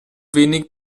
wenig